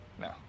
No